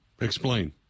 Explain